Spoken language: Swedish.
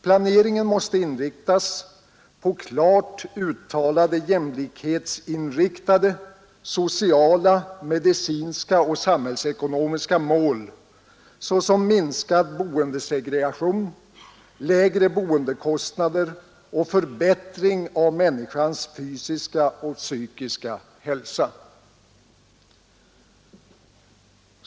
Planeringen måste inriktas på klart uttalade jämlikhetsinriktade, sociala, medicinska och samhällsekonomiska mål såsom minskad boendesegregation, lägre boendekostnader och förbättring av människans fysiska och psykiska hälsa.